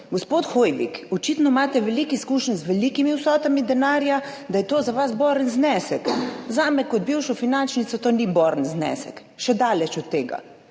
gospod Hoivik, očitno imate veliko izkušenj z velikimi vsotami denarja, da je to za vas boren znesek, zame kot bivšo finančnico to ni boren znesek, še daleč od tega.